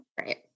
Right